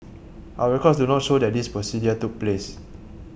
our records do not show that this procedure took place